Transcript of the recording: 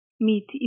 meet